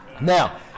now